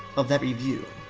of that review,